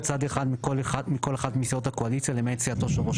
שר אחד מכל אחת מסיעות הקואליציה למעט סיעתו של ראש